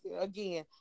again